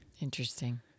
Interesting